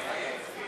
סעיף 73, מפעלי מים,